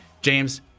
James